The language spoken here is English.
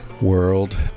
world